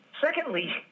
secondly